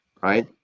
right